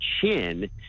chin